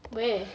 where